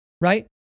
right